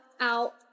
out